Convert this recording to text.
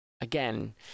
Again